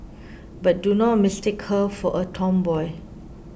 but do not mistake her for a tomboy